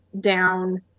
down